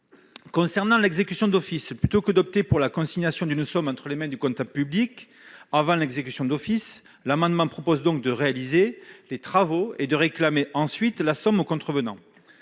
Concernant l'exécution d'office, plutôt que d'opter pour la consignation d'une somme entre les mains du comptable public avant l'exécution d'office, l'amendement prévoit que les travaux soient réalisés et que la somme soit ensuite réclamée aux contrevenants.